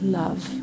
love